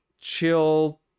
chill